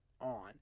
on